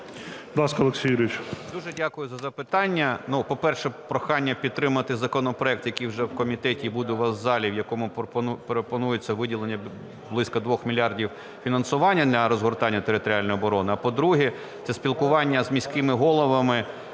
Дуже дякую за запитання. По-перше, прохання підтримати законопроект, який вже в комітеті і буде у вас в залі, в якому пропонується виділення близько 2 мільярдів фінансування на розгортання територіальної оборони. А по-друге, це спілкування з міськими головами,